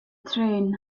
train